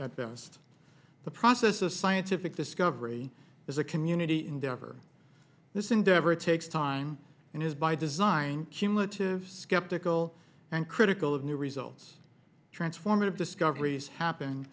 at best the process of scientific discovery is a community endeavor this endeavor takes time and is by design cumulative skeptical and critical of new results transformative discoveries happen